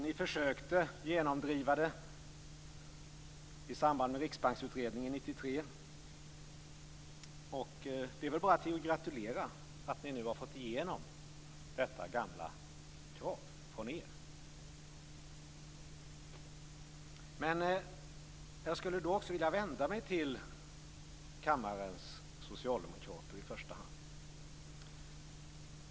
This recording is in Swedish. Ni försökte genomdriva den i samband med riksbanksutredningen 1993. Det är väl bara att gratulera till att ni nu har fått igenom detta gamla krav. Jag skulle då också vilja vända mig till kammarens socialdemokrater i första hand.